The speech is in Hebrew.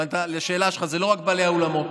אבל לשאלה שלך, זה לא רק בעלי האולמות,